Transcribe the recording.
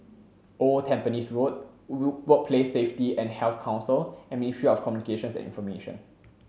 Old Tampines Road Woo Workplace Safety an Health Council and Ministry of Communications and Information